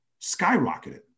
skyrocketed